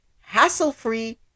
hassle-free